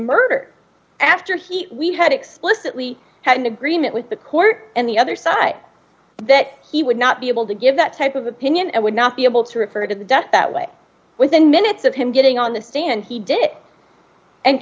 murder after he we had explicitly had an agreement with the court and the other side that he would not be able to give that type of opinion and would not be able to refer to the death that way within minutes of him getting on the stand he did it and